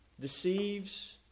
deceives